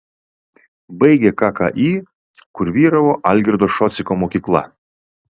baigė kki kur vyravo algirdo šociko mokykla